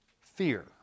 fear